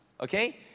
okay